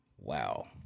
Wow